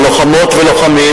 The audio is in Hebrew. על לוחמות ולוחמים.